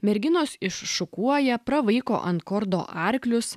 merginos iššukuoja pravaiko ant kordo arklius